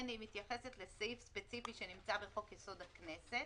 היא מתייחסת לסעיף ספציפי שנמצא בחוק-יסוד: הכנסת